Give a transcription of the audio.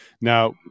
Now